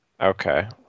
Okay